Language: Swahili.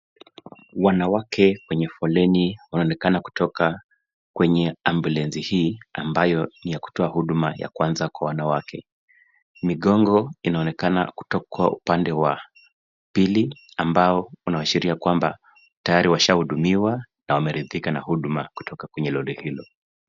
Wanawake wenye foleni wanaonekana kutoka kwenye ambulensi hii ambayo ni ya kutoa huduma ya kwanza kwa wanawake. Migongo inaonekana kutoka upande wa pili ambao inaashiria kwamba tayari wamehudumiwa na wameridhika na huduma kutoka kwenye lori hilo.